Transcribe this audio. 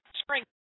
Spring